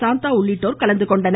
சாந்தா உள்ளிட்டோர் கலந்துகொண்டனர்